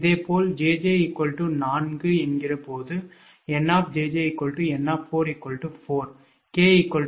இதேபோல் 𝑗𝑗 4 போது 𝑁 𝑗𝑗 𝑁 4 𝑘 12